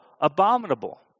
abominable